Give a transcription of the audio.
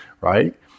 Right